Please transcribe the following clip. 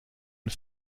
und